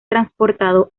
transportado